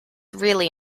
really